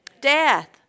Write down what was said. death